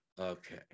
Okay